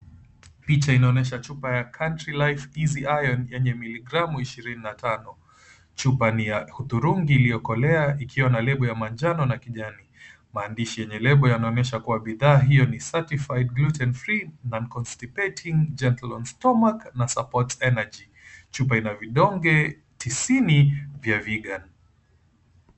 Picha inaonyesha chupa ya, Country Life Easy Iron, yenye miligramu ishirini na tano. Chupa ni ya hudhurungi iliyokolea ikiwa na lebo ya manjano na kijani. Maandishi yenye lebo yanaonyesha kuwa bidhaa hiyo ni, Certified Gluten-free, Non-constipating, Gentle on Stomach na Supports Energy. Chupa ina vidonge tisini vya vegan .